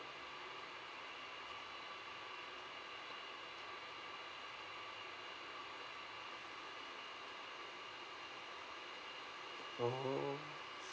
oh